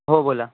हो बोला